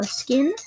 skin